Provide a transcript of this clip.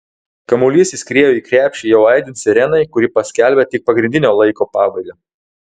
kamuolys įskriejo į krepšį jau aidint sirenai kuri paskelbė tik pagrindinio laiko pabaigą